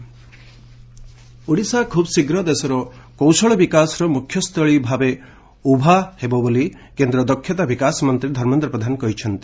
ପ୍ରଧାନ skill Odisha Odisha ଖୁବ୍ଶୀଘ୍ର ଦେଶର କୌଶଳ ବିକାଶର ମୁଖ୍ୟସ୍ଥଳୀ ଭାବେ ଉଭା ହେବ ବୋଲି କେନ୍ଦ୍ର ଦକ୍ଷତା ବିକାଶ ମନ୍ତ୍ରୀ ଧର୍ମେନ୍ଦ୍ର ପ୍ରଧାନ କହିଛନ୍ତି